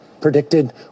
predicted